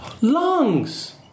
Lungs